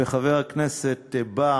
וחבר הכנסת בר,